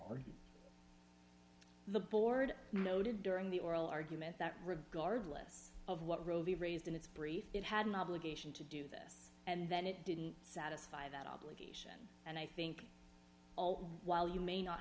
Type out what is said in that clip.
of the board noted during the oral argument that regardless of what roe v raised in its brief it had an obligation to do this and that it didn't satisfy that obligation and i think all while you may not